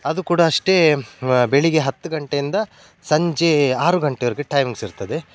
ಅದು ಕೂಡ ಅಷ್ಟೇ ಬೆಳಿಗ್ಗೆ ಹತ್ತು ಗಂಟೆಯಿಂದ ಸಂಜೆ ಆರು ಗಂಟೆವರೆಗೆ ಟೈಮಿಂಗ್ಸ್ ಇರ್ತದೆ